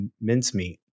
mincemeat